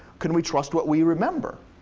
can we trust what we remember?